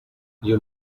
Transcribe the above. you